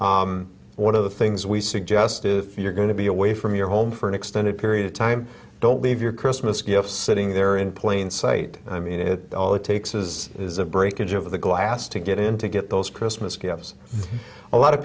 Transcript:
gifts one of the things we suggest is if you're going to be away from your home for an extended period of time don't leave your christmas gift sitting there in plain sight i mean it's all it takes is is a breakage of the glass to get in to get those christmas gifts a lot of